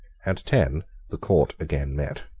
at ten the court again met.